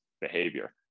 behavior